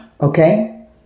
Okay